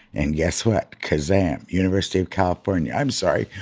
and guess what? ka-zam university of california, i'm sorry.